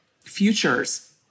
futures